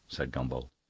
said gombauld.